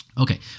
Okay